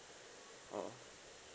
um